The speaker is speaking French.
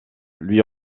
lui